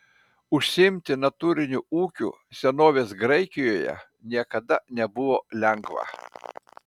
užsiimti natūriniu ūkiu senovės graikijoje niekada nebuvo lengva